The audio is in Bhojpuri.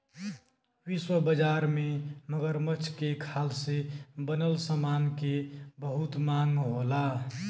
विश्व बाजार में मगरमच्छ के खाल से बनल समान के बहुत मांग होला